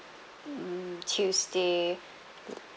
mm tuesday